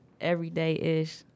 Everyday-ish